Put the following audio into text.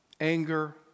Anger